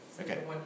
Okay